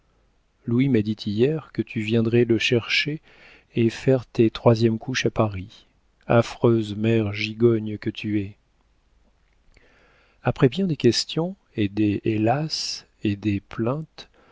louis m'a dit hier que tu viendrais le chercher et faire tes troisièmes couches à paris affreuse mère gigogne que tu es après bien des questions et des hélas et des plaintes